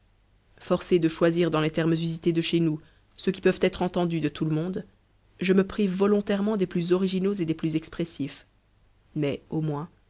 forcée de choisir dans les termes usités de chez nous ceux qui peuvent être entendus de tout le monde je me prive volontairement des plus originaux et des plus expressifs mais au moins